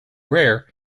rare